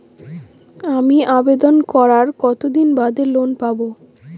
আমি আবেদন করার কতদিন বাদে লোন পাব?